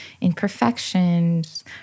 imperfections